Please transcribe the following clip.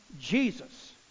Jesus